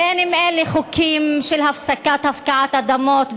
בין אם אלה חוקים של הפסקת הפקעת אדמות,